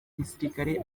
gisirikari